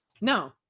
No